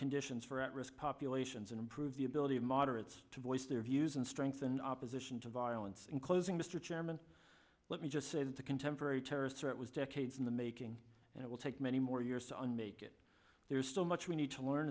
conditions for at risk populations and improve the ability of moderates to voice their views and strengthen opposition to violence in closing mr chairman let me just say that the contemporary terrorist threat was decades in the making and it will take many more years to unmake it there is still much we need to learn